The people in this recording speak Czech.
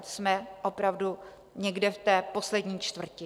Jsme opravdu někde v té poslední čtvrtině.